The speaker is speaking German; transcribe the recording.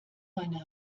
meine